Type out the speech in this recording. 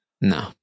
No